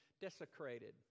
desecrated